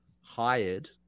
hired